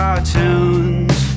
Cartoons